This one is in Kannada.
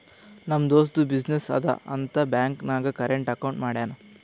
ನಮ್ ದೋಸ್ತದು ಬಿಸಿನ್ನೆಸ್ ಅದಾ ಅಂತ್ ಬ್ಯಾಂಕ್ ನಾಗ್ ಕರೆಂಟ್ ಅಕೌಂಟ್ ಮಾಡ್ಯಾನ್